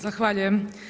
Zahvaljujem.